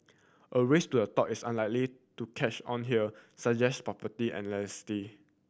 a race to a top is unlikely to catch on here suggest property